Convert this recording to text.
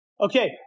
okay